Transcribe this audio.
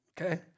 okay